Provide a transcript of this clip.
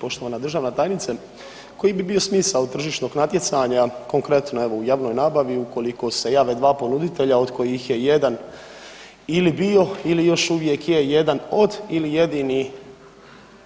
Poštovana državna tajnice, koji bi bio smisao tržišnog natjecanja, konkretno evo u javnoj nabavi ukoliko se jave dva ponuditelja od kojih je jedan ili bio ili još uvijek je jedan od ili jedini